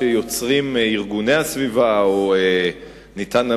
שארגוני הסביבה יוצרים,